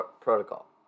protocol